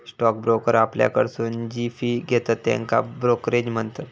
stock broker आपल्याकडसून जी fee घेतत त्येका ब्रोकरेज म्हणतत